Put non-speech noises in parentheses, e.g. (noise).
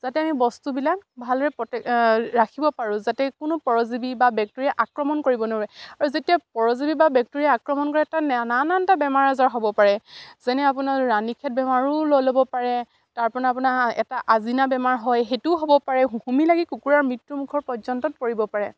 যাতে আমি বস্তুবিলাক ভালদৰে প্ৰটেক ৰাখিব পাৰোঁ যাতে কোনো পৰজীৱী বা বেক্টেৰীয়া আক্ৰমণ কৰিব নোৱাৰে আৰু যেতিয়া পৰজীৱী বা বেক্টেৰীয়াই আক্ৰমণ কৰে এটা নানানটা বেমাৰ আজাৰ হ'ব পাৰে যেনে আপোনাৰ ৰাণীখেত বেমাৰো লৈ ল'ব পাৰে (unintelligible) আপোনাৰ এটা আজিনা বেমাৰ হয় সেইটোও হ'ব পাৰেু (unintelligible) লাগি কুকুৰাৰ মৃত্যুমুখত পৰ্যন্তত পৰিব পাৰে